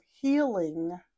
healing